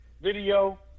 video